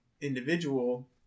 individual